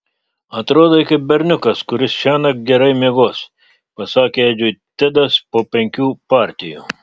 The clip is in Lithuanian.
atrodai kaip berniukas kuris šiąnakt gerai miegos pasakė edžiui tedas po penkių partijų